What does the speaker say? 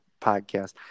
podcast